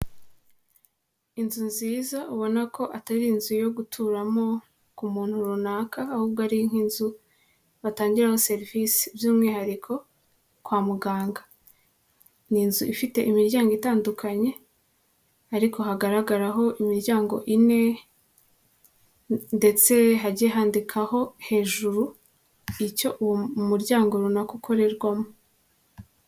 Inzu nziza ubona ko atari inzu yo guturamo ku muntu runaka ahubwo ari nk'inzu batangiramo serivisi by'umwihariko kwa muganga. Ni inzu ifite imiryango itandukanye ariko hagaragaraho imiryango ine ndetse hagiye handikaho hejuru icyo uwo muryango runaka ukorerwamo.